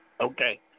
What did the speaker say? Okay